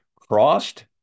crossed